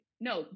No